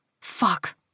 Fuck